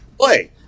play